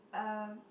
um